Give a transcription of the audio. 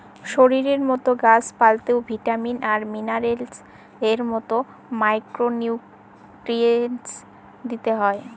শরীরের মতো গাছ পালতেও ভিটামিন আর মিনারেলস এর মতো মাইক্র নিউট্রিয়েন্টস দিতে হয়